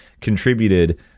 contributed